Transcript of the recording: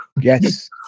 Yes